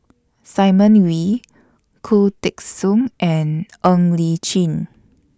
Simon Wee Khoo Teng Soon and Ng Li Chin